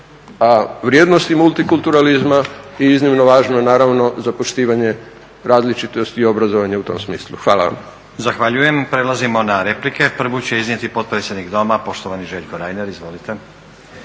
a vrijednosti multikulturalizma je iznimno važno naravno za poštivanje različitosti obrazovanja u tom smislu. Hvala vam. **Stazić, Nenad (SDP)** Zahvaljujem. Prelazimo na replike. Prvu će iznijeti potpredsjednik Doma, poštovani Željko Reiner. Izvolite.